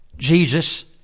Jesus